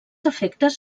efectes